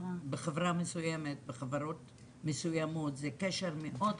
בחברות מסוימות הקשר מאוד קרוב.